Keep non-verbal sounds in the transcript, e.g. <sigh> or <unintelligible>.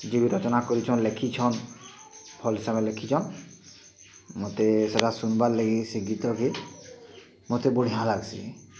ଯିଏ ବି ରଚନା କରିଛନ୍ ଲେଖିଛନ୍ ଭଲ୍ ସେ <unintelligible> ଲେଖିଛନ୍ ମତେ ସେଟା ଶୁନ୍ବାର୍ ଲାଗି ସେ ଗୀତ ବି ମତେ ବଢ଼ିଆ ଲାଗ୍ସି